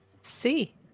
see